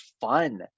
fun